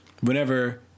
whenever